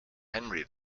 henry